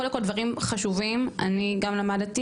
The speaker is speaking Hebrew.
קודם כל, דברים חשובים, אני גם למדתי.